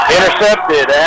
Intercepted